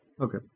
Okay